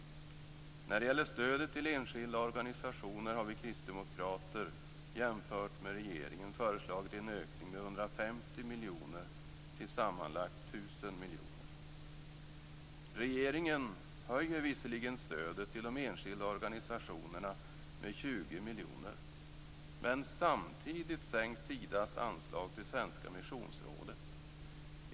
När det gäller stödet till enskilda organisationer har vi kristdemokrater jämfört med regeringen föreslagit en ökning med 150 miljoner, till sammanlagt 1 000 miljoner. Regeringen höjer visserligen stödet till de enskilda organisationerna med 20 miljoner, men samtidigt sänks Sidas anslag till Svenska Missionsrådet.